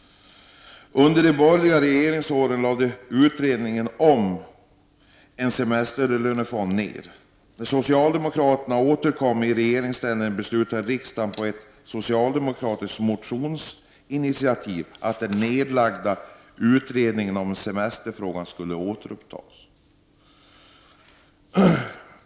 Under de borgerliga regeringsåren lades utredningen om en semesterlönefond ned. När socialdemokraterna återkom i regeringsställning beslutade riksdagen på ett socialdemokratiskt motionsinitiativ att det nedlagda utredningsarbetet om semesterfrågorna skulle återupptas.